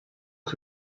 que